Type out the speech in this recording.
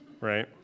right